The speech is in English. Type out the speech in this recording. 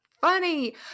funny